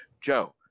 Joe